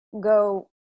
go –